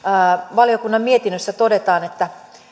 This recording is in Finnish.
valiokunnan mietinnössä todetaan että